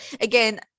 again